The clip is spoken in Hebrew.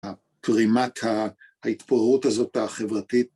הפרימת ההתפוררות הזאת החברתית.